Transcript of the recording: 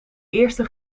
eerste